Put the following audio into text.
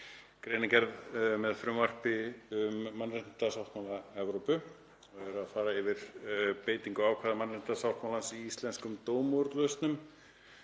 greinargerð með frumvarpi um mannréttindasáttmála Evrópu og er að fara yfir beitingu ákvæða mannréttindasáttmálans í íslenskum dómsúrlausnum